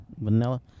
Vanilla